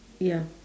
ya